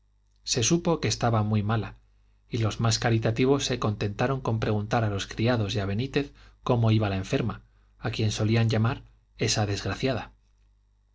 se supo que estaba muy mala y los más caritativos se contentaron con preguntar a los criados y a benítez cómo iba la enferma a quien solían llamar esa desgraciada